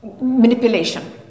manipulation